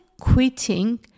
quitting